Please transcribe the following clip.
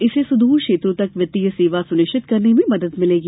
इससे सुदूर क्षेत्रों तक वित्तीय सेवा सुनिश्चित करने में मदद मिलेगी